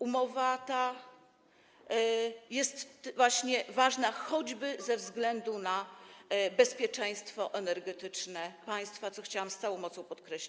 Umowa ta jest właśnie ważna choćby ze względu na bezpieczeństwo energetyczne państwa, co chciałam z całą mocą podkreślić.